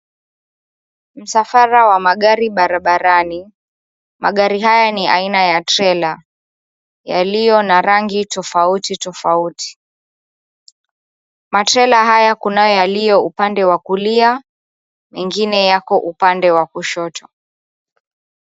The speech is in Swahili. Msafara wa magari barabarani, magari haya ni aina ya trela, yaliyo na rangi tofauti tofauti. Matrela haya kuna yaliyo upande wa kulia mengine yako upande wa kushoto.